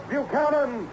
Buchanan